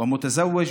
ואני נשוי